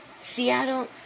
Seattle